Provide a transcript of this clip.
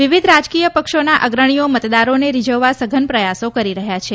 વિવિધ રાજકીય પક્ષોના અગ્રણીઓ મતદારોને રીઝવવા સઘન પ્રયાસો કરી રહ્યા છે